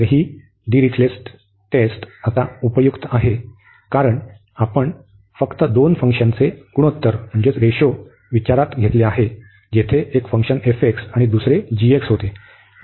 तर ही Dirichlet test आता उपयुक्त आहे कारण आपण फक्त दोन फंक्शनचे गुणोत्तर म्हणून विचारात घेतले आहे जेथे एक फंक्शन आणि दुसरे होते